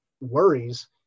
worries